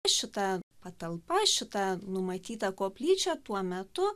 šita patalpa šita numatyta koplyčia tuo metu